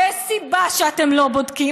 ויש סיבה שאתם לא בודקים,